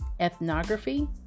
ethnography